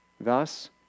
Thus